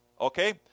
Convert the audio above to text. Okay